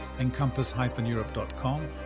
encompass-europe.com